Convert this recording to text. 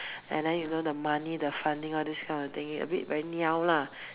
and then you know the money the funding all these kind of thing a bit very niao lah